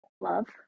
love